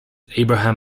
abraham